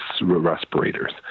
respirators